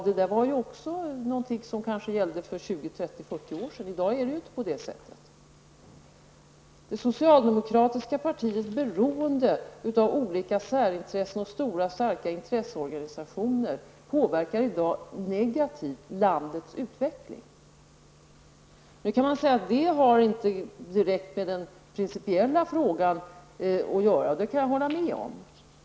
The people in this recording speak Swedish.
Det var också något som kanske gällde för 20, 30 eller 40 år sedan. I dag är det inte på det sättet. Det socialdemokratiska partiets beroende av olika särintressen och stora starka intresseorganisationer påverkar i dag landets utveckling negativt. Nu kan man säga att det inte har direkt med den principiella frågan att göra. Det kan jag hålla med om.